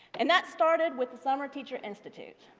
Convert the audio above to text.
and that started with the summer teacher institute.